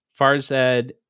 Farzad